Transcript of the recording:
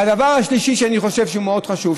והדבר השלישי שאני חושב שהוא מאוד חשוב,